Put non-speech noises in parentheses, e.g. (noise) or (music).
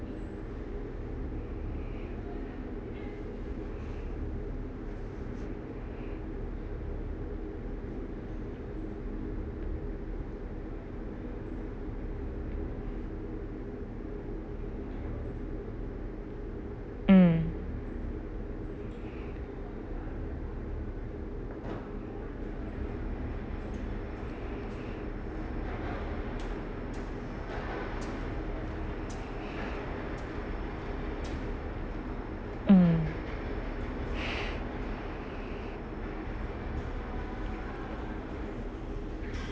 mm mm (breath)